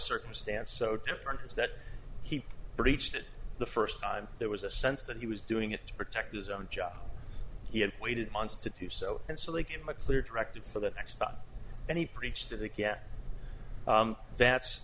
circumstance so different is that he breached it the first time there was a sense that he was doing it to protect his own job he had waited months to do so and so they gave him a clear directive for that extra and he preached to the yeah that's